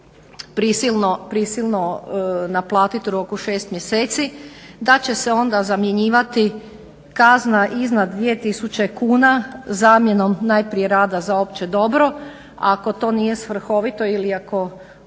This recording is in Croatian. da će onda zamjenjivati kazna iznad 2 tisuće kuna zamjenom najprije rada za opće dobro, ako to nije svrhovito ili ako